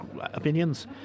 opinions